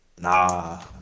Nah